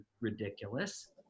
ridiculous